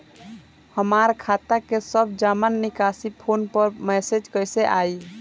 हमार खाता के सब जमा निकासी फोन पर मैसेज कैसे आई?